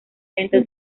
lento